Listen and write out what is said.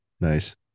Nice